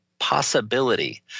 possibility